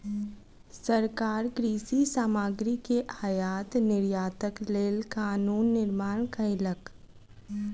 सरकार कृषि सामग्री के आयात निर्यातक लेल कानून निर्माण कयलक